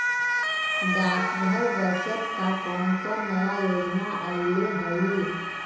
डाकघर बचत का कौन कौन नया योजना अइले हई